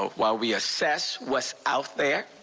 while we assess what's out there,